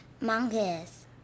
Monkeys